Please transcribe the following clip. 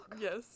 Yes